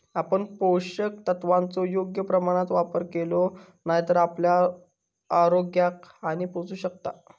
आपण पोषक तत्वांचो योग्य प्रमाणात वापर केलो नाय तर आपल्या आरोग्याक हानी पोहचू शकता